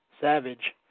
Savage